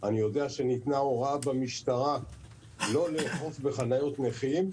אני יודע שניתנה הוראה במשטרה לא לאכוף בחניות נכים,